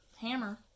hammer